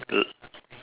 l~